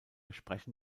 sprechen